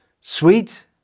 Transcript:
sweet